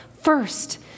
first